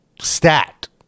stat